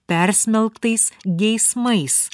persmelktais geismais